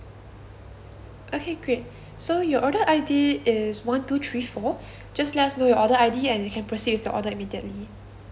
okay great so your order I_D is one two three four just let us know your order I_D and we can proceed with the order immediately